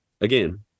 Again